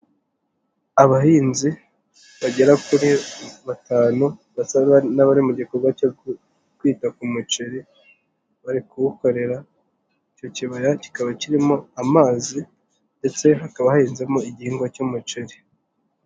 Abahinzi bagera kuri batanu basa n'abari mu gikorwa cyo kwita ku muceri, bari kuwukorera. Icyo kibaya kikaba kirimo amazi ndetse hakaba hahinzemo igihingwa cy'umuceri.